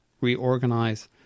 reorganize